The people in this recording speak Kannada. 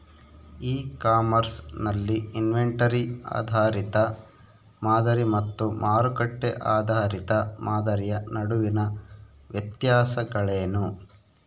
ಇ ಕಾಮರ್ಸ್ ನಲ್ಲಿ ಇನ್ವೆಂಟರಿ ಆಧಾರಿತ ಮಾದರಿ ಮತ್ತು ಮಾರುಕಟ್ಟೆ ಆಧಾರಿತ ಮಾದರಿಯ ನಡುವಿನ ವ್ಯತ್ಯಾಸಗಳೇನು?